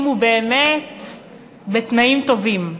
אם הוא באמת בתנאים טובים.